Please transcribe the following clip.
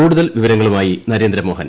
കൂടുതൽ വിവരങ്ങളുമായി നൂരേന്ദ്രമോഹൻ